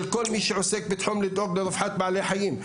כל מי שעוסק בתחום לדאוג לרווחת בעלי החיים.